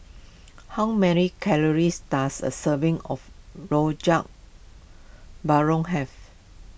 how many calories does a serving of Rojak have